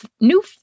new